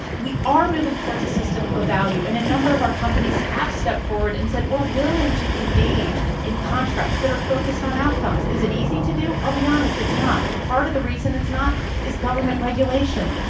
we are moving towards a system of value. and a number of our companies have stepped forward and said, we're willing to engage in contracts that are focused on outcomes. is it easy to do? i'll be honest, it's not. and part of the reason it's not is government regulation.